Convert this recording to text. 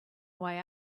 why